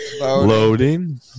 Loading